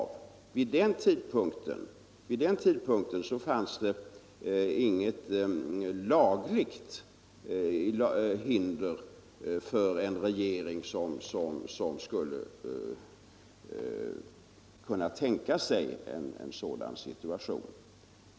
Vid den tidpunkten fanns det inget lagligt hinder för en regering, som skulle kunna tänka sig det ifrågasatta agerandet i en sådan situation.